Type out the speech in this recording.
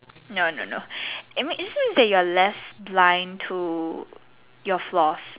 no no no it means it means that you are less blind to your flaws